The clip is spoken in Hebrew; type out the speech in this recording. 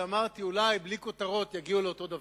אמרתי: אולי בלי כותרות יגיעו לאותו דבר,